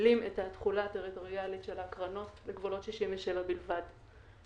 שמגבילים את התחולה הטריטוריאלית של הקרנות לגבולות 1967 בלבד כך